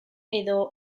edo